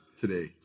today